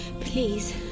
Please